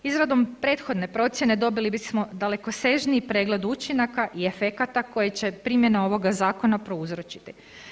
Izradom prethodne procijene dobili bismo dalekosežniji pregled učinaka i efekata koje će primjena ovoga zakona prouzročiti.